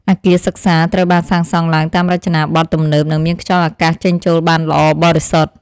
អគារសិក្សាត្រូវបានសាងសង់ឡើងតាមរចនាបថទំនើបនិងមានខ្យល់អាកាសចេញចូលបានល្អបរិសុទ្ធ។